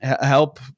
Help